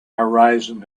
horizon